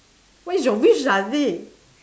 what is your wish lah